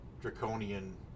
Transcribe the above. draconian